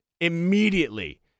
immediately